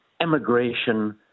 emigration